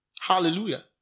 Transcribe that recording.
Hallelujah